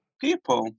people